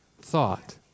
thought